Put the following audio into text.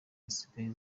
zisigaye